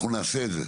אנחנו נעשה את זה.